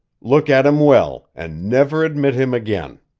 look at him well, and never admit him again!